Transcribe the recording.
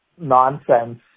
nonsense